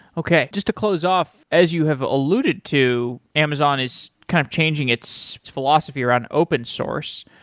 okay. just to close off, as you have alluded to, amazon is kind of changing its philosophy around open source.